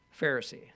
Pharisee